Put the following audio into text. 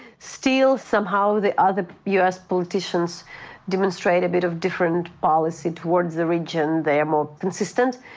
still, somehow the other u. s. politicians demonstrate a bit of different policy towards the region. they are more consistent.